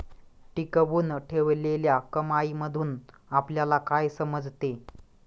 टिकवून ठेवलेल्या कमाईमधून आपल्याला काय समजते?